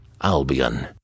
Albion